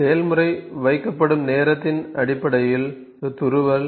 செயல்முறை வைக்கப்படும் நேரத்தின் அடிப்படையில் துருவல்